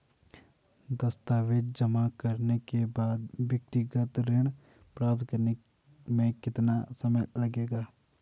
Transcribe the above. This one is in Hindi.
दस्तावेज़ जमा करने के बाद व्यक्तिगत ऋण प्राप्त करने में कितना समय लगेगा?